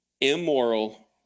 immoral